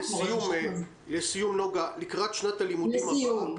לסיום, לקראת שנת הלימודים הבאה.